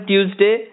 Tuesday